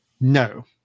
No